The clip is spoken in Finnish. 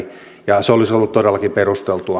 se olisi ollut todellakin perusteltua